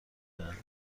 کردیم